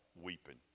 weeping